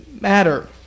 matter